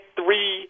three